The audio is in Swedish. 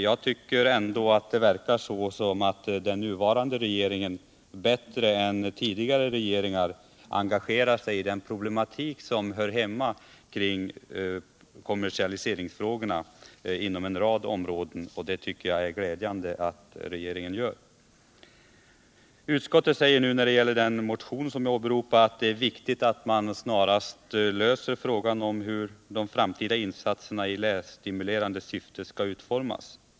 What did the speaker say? Jag tycker ändå att det verkar som om den nuvarande regeringen bättre än tidigare regeringar engagerar sig i den problematik som hör hemma kring kommersialiseringsfrågorna inom en rad områden, och det är glädjande. Utskottet säger nu när det gäller den motion som jag åberopade. att det är viktigt alt man snarast löser frågan om hur de framtida insatserna i lässtimulerende syfte skall utformas.